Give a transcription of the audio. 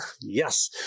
Yes